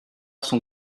son